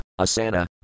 Asana